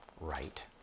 right